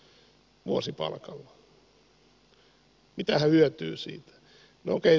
mitä hän hyötyy siitä